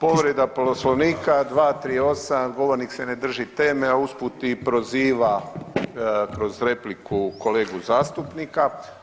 Povreda Poslovnika 238. govornik se ne drži teme, a usput i proziva kroz repliku kolegu zastupnika.